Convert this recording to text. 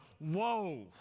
whoa